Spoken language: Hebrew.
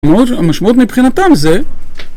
המשמעות מבחינתם זה